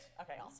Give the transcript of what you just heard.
Okay